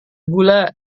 gula